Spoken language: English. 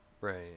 Right